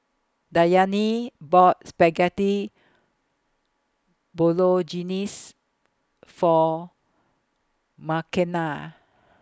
Dwyane bought Spaghetti Bolognese For Makenna